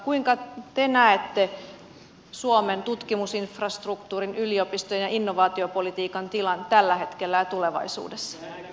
kuinka te näette suomen tutkimusinfrastruktuurin yliopistojen ja innovaatiopolitiikan tilan tällä hetkellä ja tulevaisuudessa